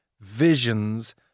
visions